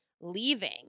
leaving